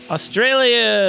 Australia